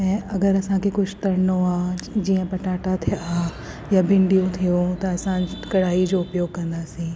ऐं अगरि असांखे कुझु तरणो आहे जीअं पटाटा थिया या भिंडियूं थियूं त असां कढ़ाई जो उपयोग कंदासीं